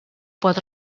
pot